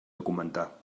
documentar